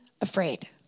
afraid